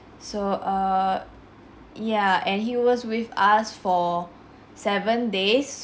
so err ya and he was with us for seven days